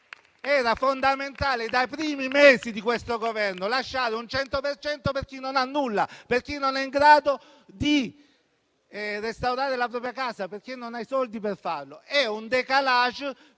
Era fondamentale, dai primi mesi di questo Governo, lasciare il 100 per cento per chi non ha nulla, per chi non è in grado di restaurare la propria casa, perché non hai i soldi per farlo, e prevedere